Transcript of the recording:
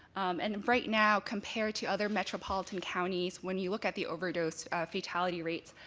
and right now compared to other metropolitan counties, when you look at the overdose fatality rates,